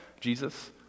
Jesus